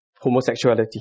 homosexuality